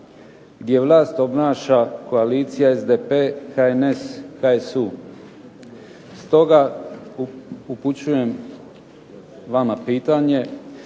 gdje vlast obnaša koalicija SDP-HNS-HSU. Stoga upućujem vama pitanje